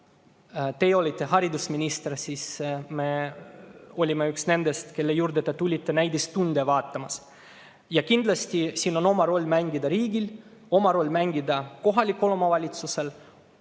teie olite haridusminister, olime me üks nendest, kelle juurde te tulite näidistunde vaatama. Kindlasti on siin oma roll mängida riigil, oma roll on kohalikul omavalitsusel,